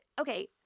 Okay